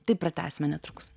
tai pratęsime netrukus